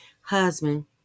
husband